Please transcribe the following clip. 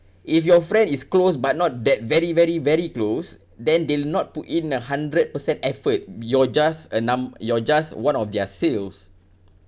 if your friend is close but not that very very very close then they'll not put in a hundred percent effort you're just a num~ you're just one of their sales